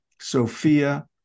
Sophia